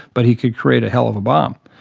but he could create a hell of a bomb.